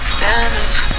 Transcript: damage